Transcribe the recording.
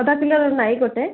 ଅଧା କିଲୋ ର ନାଇ ଗୋଟେ